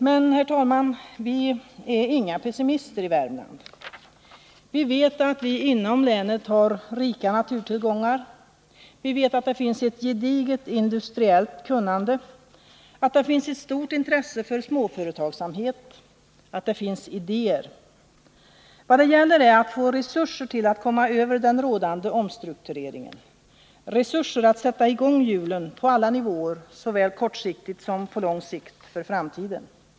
Men, herr talman, vi är inga pessimister i Värmland. Vi vet att vi inom länet har rika naturtillgångar. Vi vet att det finns ett gediget industriellt kunnande, att det finns ett stort intresse för småföretagsamhet och att det finns idéer. Vad det gäller är att få resurser till att komma över den rådande omstruktureringen, resurser till att sätta i gång hjulen på alla nivåer, såväl kortsiktigt som på lång sikt för framtiden.